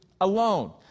alone